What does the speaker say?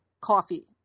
coffee